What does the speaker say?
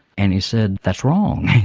and he said, that's wrong.